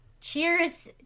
cheers